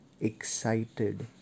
excited